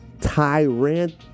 tyrant